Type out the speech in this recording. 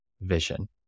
vision